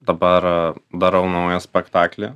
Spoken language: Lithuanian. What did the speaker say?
dabar darau naują spektaklį